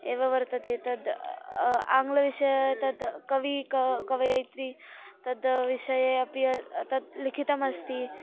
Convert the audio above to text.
एव वर्तते तद् आङ्ग्लविषयः तद् कविः क कवयित्री तद् विषये अपि तत् लिखितमस्ति